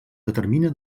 determina